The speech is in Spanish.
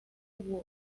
who